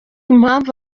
impamvu